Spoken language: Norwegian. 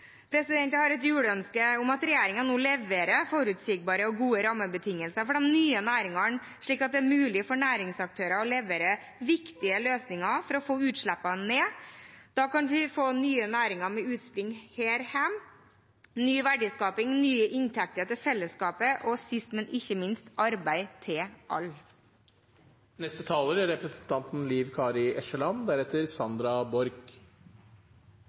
Jeg har et juleønske om at regjeringen nå leverer forutsigbare og gode rammebetingelser for de nye næringene, slik at det er mulig for næringsaktører å levere viktige løsninger for å få utslippene ned. Da kan vi få nye næringer med utspring her hjemme, ny verdiskaping, nye inntekter til fellesskapet og sist, men ikke minst: arbeid til